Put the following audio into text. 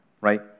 right